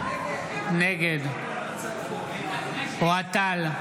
נגד אוהד טל,